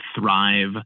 thrive